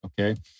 Okay